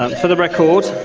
ah for the record,